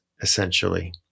essentially